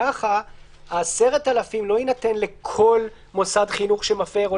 כך הקנס של 10,000 ש"ח לא יינתן לכל מוסד חינוך שמפר או